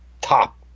top